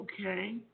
okay